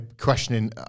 questioning